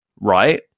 right